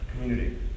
community